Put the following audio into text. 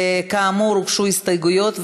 כאמור, הוגשו הסתייגויות.